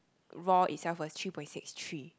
raw itself was three point six three